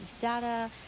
data